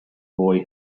boy